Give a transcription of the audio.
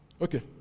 Okay